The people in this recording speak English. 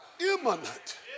Imminent